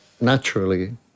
naturally